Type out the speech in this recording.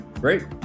great